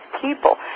people